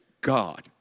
God